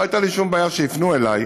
לא הייתה לי שום בעיה שיפנו אליי.